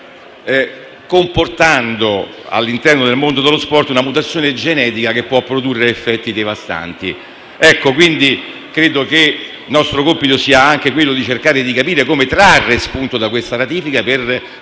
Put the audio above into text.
comportando, all'interno del mondo dello sport, una mutazione genetica che può produrre effetti devastanti. Credo che il nostro compito sia anche cercare di capire come trarre spunto da questa ratifica, per